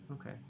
okay